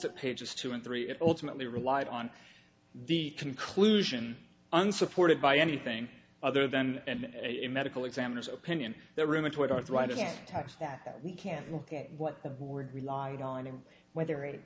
pages two and three it ultimately relied on the conclusion unsupported by anything other than and a medical examiner's opinion that rheumatoid arthritis test that we can look at what the board relied on him whether it